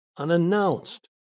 Unannounced